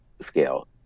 scale